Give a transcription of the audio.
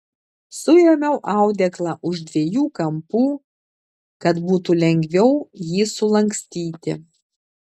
suėmiau audeklą už dviejų kampų kad būtų lengviau jį sulankstyti